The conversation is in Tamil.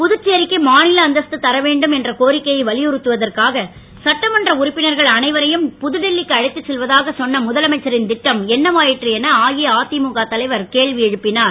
புதுச்சேரிக்கு மாநில அந்தஸ்து தர வேண்டும் என்ற கோரிக்கையை வலியுறுத்துவதற்காக சட்டமன்ற உறுப்பினர்கள் அனைவரையும் புதுடெல்லிக்கு அழைத்துச் செல்வதாக சொன்ன முதலமைச்சரின் திட்டம் என்னவாயிற்று என அஇஅதிமுக தலைவர் கேள்வி எழுப்பினார்